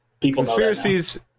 Conspiracies